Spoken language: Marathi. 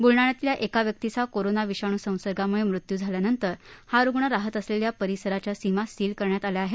ब्लढाण्यातल्या एका व्यक्तीचा कोरोना विषाणू संसर्गामुळे मृत्यू झाल्यानंतर हा रुग्ण राहत असलेल्या परिसराच्या सीमा सील करण्यात आल्या आहेत